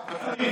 זה.